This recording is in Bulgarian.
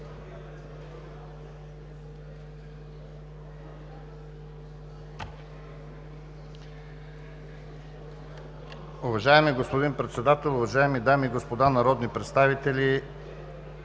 Уважаеми господин Председател, уважаеми дами и господа народни представители!